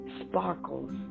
sparkles